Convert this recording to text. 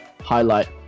highlight